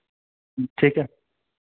ठीक ऐ